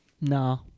No